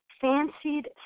fancied